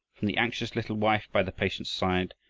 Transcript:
from the anxious little wife by the patient's side,